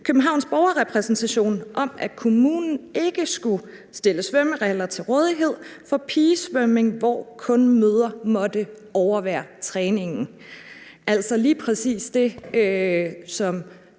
Københavns Borgerrepræsentation om, at kommunen ikke skulle stille svømmehaller til rådighed for pigesvømning, hvor kun mødre måtte overvære træningen, altså lige præcis det, som